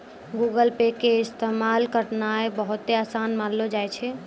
Google Pay के इस्तेमाल करनाय बहुते असान मानलो जाय छै